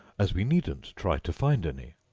as we needn't try to find any.